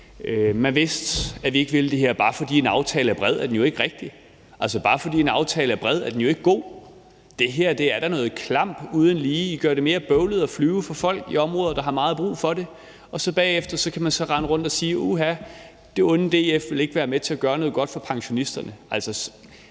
Man vidste, at vi ikke ville det her. Og bare fordi en aftale er bred, er den jo ikke rigtig. Bare fordi en aftale er bred, at den jo ikke god. Det her er da noget klamphuggeri uden lige. I gør det mere bøvlet at flyve for folk i områder, der har meget brug for det. Bagefter kan man så rende rundt og sige: Uha, det onde DF vil ikke være med til at gøre noget godt for pensionisterne. Altså,